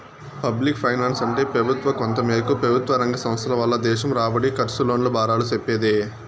public ఫైనాన్సంటే పెబుత్వ, కొంతమేరకు పెబుత్వరంగ సంస్థల వల్ల దేశం రాబడి, కర్సు, లోన్ల బారాలు సెప్పేదే